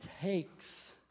takes